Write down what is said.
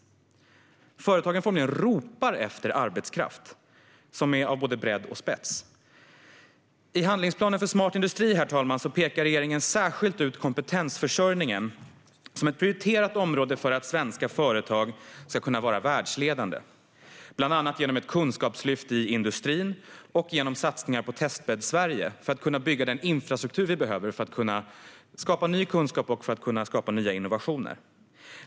Företagen formligen ropar efter arbetskraft när det gäller såväl bredd som spets. Herr talman! I handlingsplanen för Smart industri pekar regeringen särskilt ut kompetensförsörjningen som ett prioriterat område för att svenska företag ska kunna vara världsledande, bland annat genom ett kunskapslyft i industrin och genom satsningar på Testbädd Sverige för att kunna bygga den infrastruktur vi behöver för att skapa ny kunskap och nya innovationer.